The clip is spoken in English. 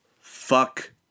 Fuck